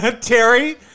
Terry